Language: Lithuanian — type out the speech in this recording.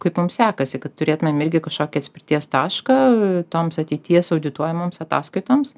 kaip mums sekasi kad turėtumėm irgi kažkokį atspirties tašką toms ateities audituojamoms ataskaitoms